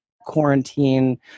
quarantine